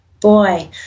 boy